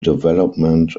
development